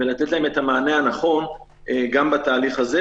ולתת להם את המענה הנכון גם בתהליך הזה,